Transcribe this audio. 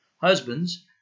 Husbands